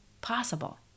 possible